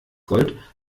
gold